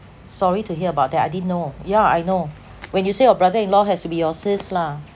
sorry to hear about that I didn't know yeah I know when you say your brother in law has to be your sis lah